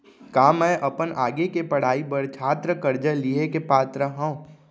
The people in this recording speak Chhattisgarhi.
का मै अपन आगे के पढ़ाई बर छात्र कर्जा लिहे के पात्र हव?